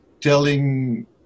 telling